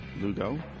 Lugo